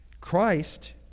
Christ